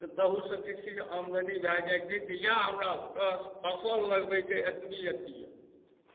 तऽ ताहूसँ किछु किछु आमदनी भए जाइ छै तऽ इएह हमरासभकेँ फसल लगबैके एतबी अथी यए